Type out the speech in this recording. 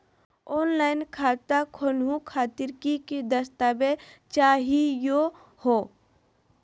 Offline खाता खोलहु खातिर की की दस्तावेज चाहीयो हो?